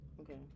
Okay